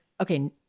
okay